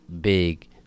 big